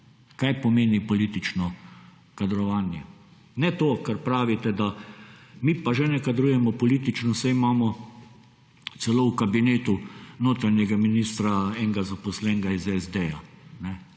Kaj pomeni politično kadrovanje. Ne to, kar pravite, da mi pa že ne kadrujemo politično, saj imamo celo v kabinetu notranjega ministra, enega zaposlenega iz SD-ja.